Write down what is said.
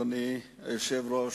אדוני היושב-ראש,